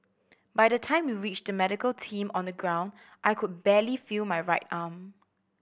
by the time we reached the medical team on the ground I could barely feel my right arm